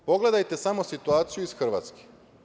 Pogledajte samo situaciju iz Hrvatske.